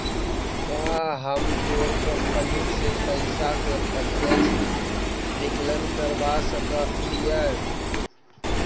का हम तोर कंपनी से पइसा के प्रत्यक्ष विकलन करवा सकऽ हिअ?